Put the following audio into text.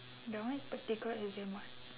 the one is practical exam [what]